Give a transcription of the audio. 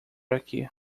aqui